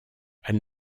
elle